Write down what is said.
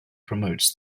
promotes